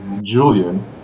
Julian